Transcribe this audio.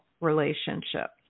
relationship